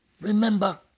Remember